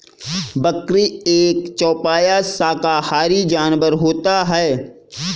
बकरी एक चौपाया शाकाहारी जानवर होता है